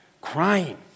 crying